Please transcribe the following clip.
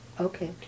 Okay